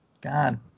god